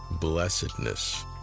blessedness